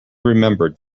remembered